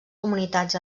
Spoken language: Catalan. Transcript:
comunitats